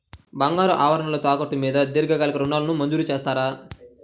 బంగారు ఆభరణాలు తాకట్టు మీద దీర్ఘకాలిక ఋణాలు మంజూరు చేస్తారా?